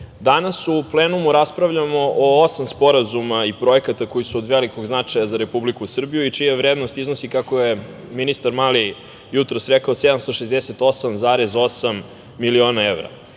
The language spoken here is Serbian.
danas u plenumu raspravljamo o osam sporazuma i projekata koji su od velikog značaja za Republiku Srbiju i čija vrednost iznosi, kako je ministar Mali jutros rekao, 768,8 miliona evra.